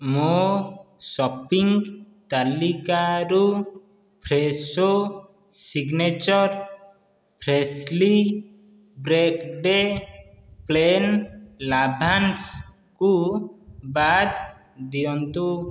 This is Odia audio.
ମୋ ସପିଂ ତାଲିକାରୁ Fresho signature freshly baked plain lavash କୁ ବାଦ୍ ଦିଅନ୍ତୁ